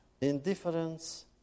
Indifference